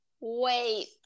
wait